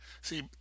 See